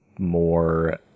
more